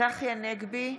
צחי הנגבי,